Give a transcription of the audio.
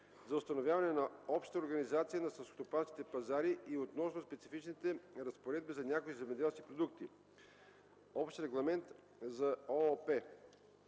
за установяване на обща организация на селскостопанските пазари и относно специфични разпоредби за някои земеделски продукти („Общ регламент за ООП”).